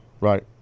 Right